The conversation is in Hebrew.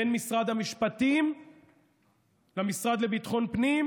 בין משרד המשפטים למשרד לביטחון פנים,